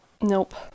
Nope